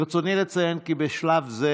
ברצוני לציין כי בשלב זה